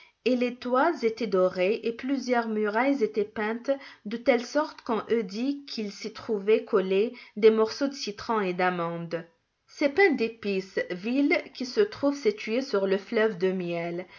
et les toits étaient dorés et plusieurs murailles étaient peintes de telle sorte qu'on eût dit qu'il s'y trouvait collés des morceaux de citrons et d'amandes c'est pain dépice ville qui se trouve située sur le fleuve de miel